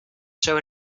show